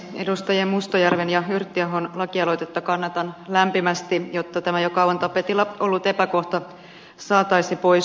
edustaja mustajärven ja yrttiahon lakialoitetta kannatan lämpimästi jotta tämä jo kauan tapetilla ollut epäkohta saataisiin poistettua